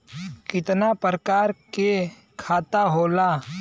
कितना प्रकार के खाता होला?